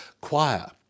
choir